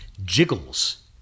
jiggles